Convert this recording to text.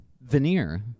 Veneer